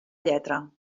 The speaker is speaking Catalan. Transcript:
lletra